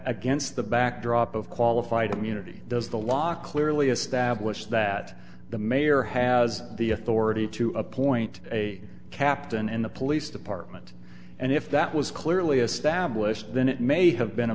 against the backdrop of qualified immunity does the law clearly establish that the mayor has the authority to appoint a captain in the police department and if that was clearly established then it may have been a